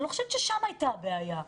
אני לא חושבת ששם הייתה הבעיה.